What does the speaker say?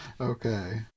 Okay